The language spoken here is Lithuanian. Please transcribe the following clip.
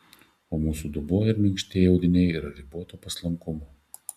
o mūsų dubuo ir minkštieji audiniai yra riboto paslankumo